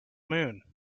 moon